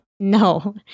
No